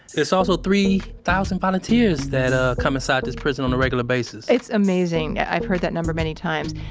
there's also three thousand volunteers that ah come inside this prison on a regular basis it's amazing. i've heard that number many times.